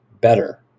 better